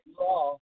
law